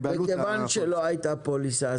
מכיוון שלא הייתה פוליסה,